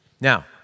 Now